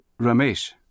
Ramesh